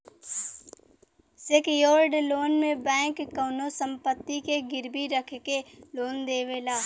secured loan में bank कउनो संपत्ति के गिरवी रखके लोन देवला